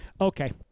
Okay